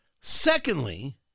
Secondly